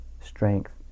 strength